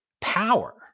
power